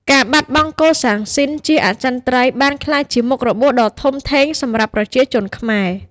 ការបាត់បង់កូសាំងស៊ីនជាអចិន្ត្រៃយ៍បានក្លាយជាមុខរបួសដ៏ធំធេងសម្រាប់ប្រជាជនខ្មែរ។